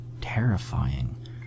terrifying